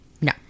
no